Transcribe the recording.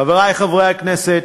חברי חברי הכנסת,